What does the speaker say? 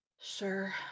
Sure